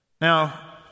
Now